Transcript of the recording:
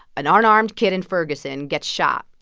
an ah unarmed kid in ferguson gets shot,